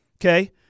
okay